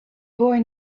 boy